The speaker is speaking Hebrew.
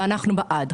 ואנחנו בעד,